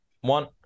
one